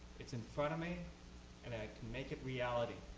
it's in front of me and i can make it reality.